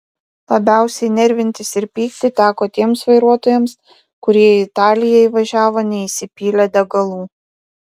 labiausiai nervintis ir pykti teko tiems vairuotojams kurie į italiją įvažiavo neįsipylę degalų